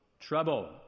Trouble